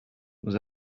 nous